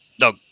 No